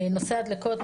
נושא הדלקות,